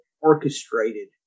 orchestrated